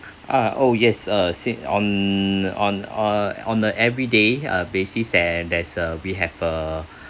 uh oh yes uh sit on on uh on a everyday uh basis and there's a we have a